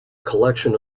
collection